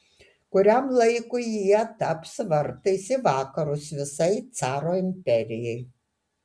kuriam laikui jie taps vartais į vakarus visai caro imperijai